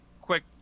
quick